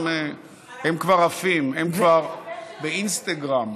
הם כבר עפים, הם כבר באינסטגרם.